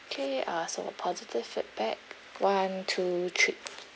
okay uh so positive feedback one two three